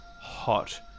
hot